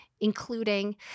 including